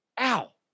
Ow